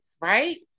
right